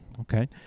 Okay